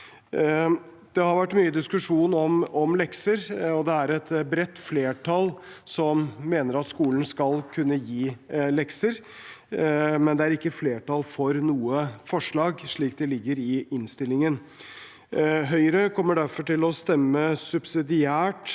Det har vært mye diskusjon om lekser, og det er et bredt flertall som mener at skolen skal kunne gi lekser. Men det er ikke flertall for noe forslag slik de foreligger i innstillingen. Høyre kommer derfor til å stemme subsidiært